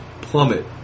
plummet